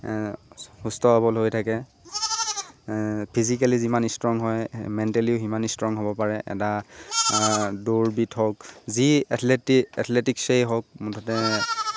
সুস্থ সবল হৈ থাকে ফিজিকেলি যিমান ইষ্ট্ৰং হয় মেণ্টেলিও সিমান ইষ্ট্ৰং হ'ব পাৰে এটা দৌৰবিধ হওক যি এথলেট এথলেটিক্সই হওক মুঠতে